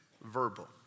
verbal